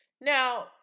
now